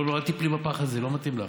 לא, לא, אל תיפלי בפח הזה, לא מתאים לך.